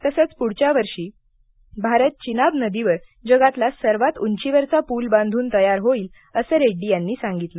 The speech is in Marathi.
तसंच पुढच्या वर्ष भारत चिनाब नदीवर जगातला सर्वात उंचीवरचा पूल बांधून तयार होईल असं रेड्डी यांनी सांगितलं